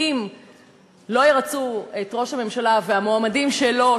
ואם לא ירצו את ראש הממשלה והמועמדים שלו,